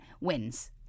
wins